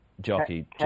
jockey